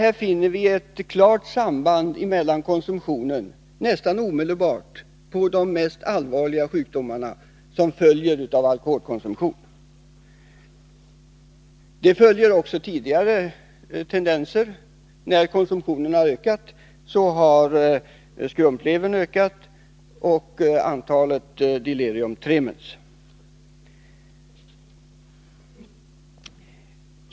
Här finner vi nästan omedelbart ett klart samband mellan konsumtionen och de mest allvarliga sjukdomar som följer av alkoholkonsumtion. Det visar också tidigare tendenser. När konsumtionen ökat har också antalet fall av skrumplever och delirium tremens ökat.